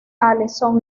allison